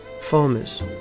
farmers